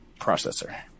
processor